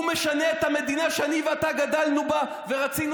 הוא משנה את המדינה שאני ואתה גדלנו בה ורצינו